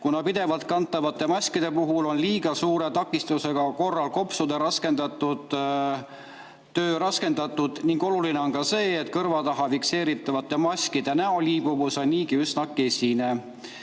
kuna pidevalt kantavate maskide puhul on liiga suure takistuse korral kopsude töö raskendatud. Oluline on ka see, et kõrva taha fikseeritavate maskide näole liibuvus on niigi üsna kesine.